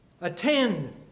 Attend